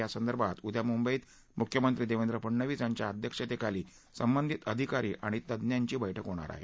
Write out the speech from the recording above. यासंदर्भात उद्या मुंबईत मुख्यमंत्री देवेंद्र फडणवीस यांच्या अध्यक्षतेखाली संबंधित अधिकारी आणि तज्ञांची बैठक होणार आहे